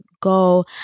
go